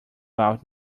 out